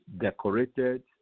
Decorated